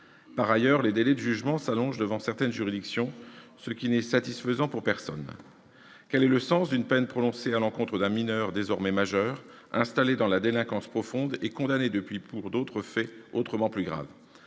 Par ailleurs, les délais de jugement s'allongent devant certaines juridictions, ce qui n'est satisfaisant pour personne : quel est le sens d'une peine prononcée à l'encontre d'un mineur désormais majeur, installé dans la délinquance profonde, et condamné depuis pour d'autres faits autrement plus graves ?